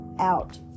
out